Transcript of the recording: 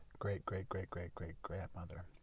great-great-great-great-great-grandmother